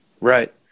Right